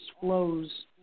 flows